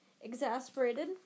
exasperated